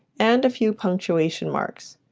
and a few punctuation marks.